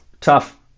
Tough